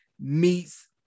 meets